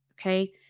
okay